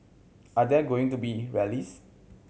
are there going to be rallies